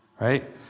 right